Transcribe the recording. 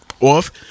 off